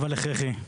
אבל הכרחי.